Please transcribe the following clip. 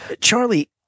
Charlie